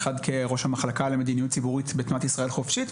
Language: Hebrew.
האחד כראש המחלקה למדיניות ציבורית בתנועת ישראל חופשית,